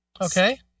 Okay